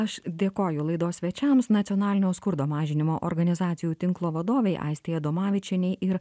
aš dėkoju laidos svečiams nacionalinio skurdo mažinimo organizacijų tinklo vadovei aistei adomavičienei ir